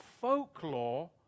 folklore